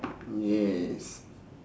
mm yes